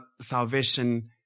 salvation